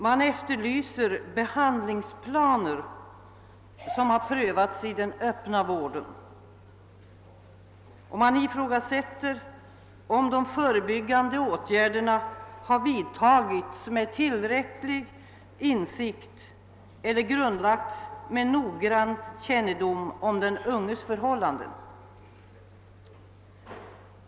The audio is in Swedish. Man efterlyser behandlingsplaner som har prövats i den öppna vården, och man ifrågasätter om de förebyggande åtgärderna har vidtagits med tillräcklig insikt eller grundlagts med noggrann kännedom om den unges förhållanden.